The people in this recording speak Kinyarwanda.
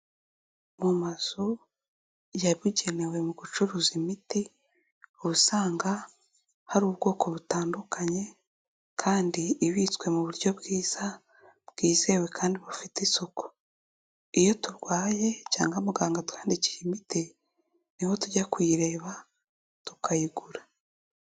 Mu mazu yabugenewe mu gucuruza imiti usanga hari ubwoko butandukanye kandi ibitswe mu buryo bwiza bwizewe kandi bufite isuku iyo turwaye cyangwa muganga atwandikiye imiti niho tujya kuyireba tukayigura.